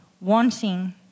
wanting